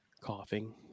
coughing